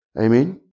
Amen